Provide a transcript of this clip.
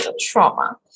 trauma